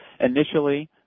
initially